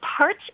parts